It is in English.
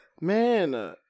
man